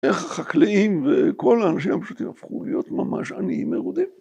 איך החקלאים וכל האנשים שהפכו להיות ממש עניים מרודים.